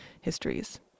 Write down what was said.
histories